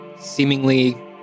seemingly